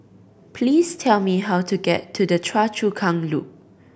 please tell me how to get to Choa Chu Kang Loop